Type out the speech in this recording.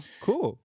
cool